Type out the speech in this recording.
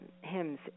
hymns